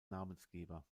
namensgeber